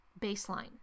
baseline